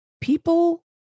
people